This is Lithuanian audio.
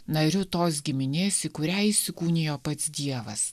nariu tos giminės į kurią įsikūnijo pats dievas